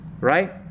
right